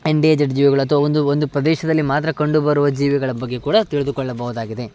endangered ಜೀವಿಗಳು ಅಥ್ವಾ ಒಂದು ಒಂದು ಪ್ರದೇಶದಲ್ಲಿ ಮಾತ್ರ ಕಂಡು ಬರುವ ಜೀವಿಗಳ ಬಗ್ಗೆ ಕೂಡ ತಿಳಿದುಕೊಳ್ಳಬೌದಾಗಿದೆ